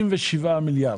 מיליארד.